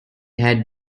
had